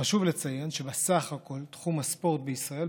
חשוב לציין שבסך הכול תחום הספורט בישראל,